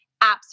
apps